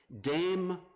Dame